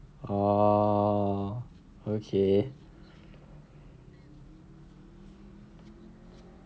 oh okay